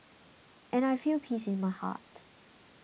and I feel peace in my heart